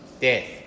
Death